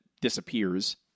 disappears